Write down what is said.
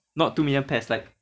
not two million pairs like